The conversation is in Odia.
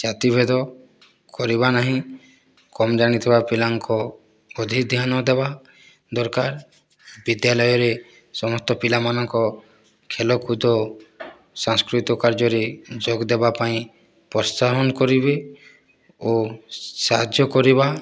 ଜାତିଭେଦ କରିବା ନାହିଁ କମ୍ ଜାଣିଥିବା ପିଲାଙ୍କ ଅଧିକ ଧ୍ୟାନ ଦେବା ଦରକାର ବିଦ୍ୟାଳୟରେ ସମସ୍ତ ପିଲାମାନଙ୍କ ଖେଳକୁଦ ସାଂସ୍କୃତିକ କାର୍ଯ୍ୟରେ ଯୋଗ ଦେବା ପାଇଁ ପ୍ରୋତ୍ସାହନ କରିବେ ଓ ସାହାଯ୍ୟ କରିବା